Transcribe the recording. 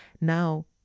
Now